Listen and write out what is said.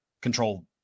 control